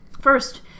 First